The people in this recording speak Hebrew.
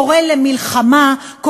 קורא למלחמה,